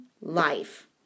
life